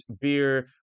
beer